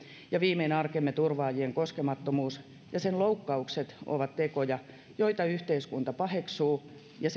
ja viimein arkemme turvaajien koskemattomuus ja sen loukkaukset ovat tekoja joita yhteiskunta paheksuu ja